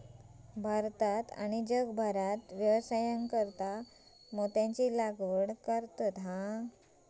भारतात आणि जगभरात व्यवसायासाकारता मोत्यांची लागवड करतत